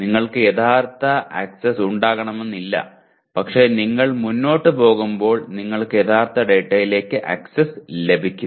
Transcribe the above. നിങ്ങൾക്ക് യഥാർത്ഥ ഡാറ്റയിലേക്ക് ആക്സസ് ഉണ്ടാകണമെന്നില്ല പക്ഷേ നിങ്ങൾ മുന്നോട്ട് പോകുമ്പോൾ നിങ്ങൾക്ക് യഥാർത്ഥ ഡാറ്റയിലേക്ക് ആക്സസ് ലഭിക്കും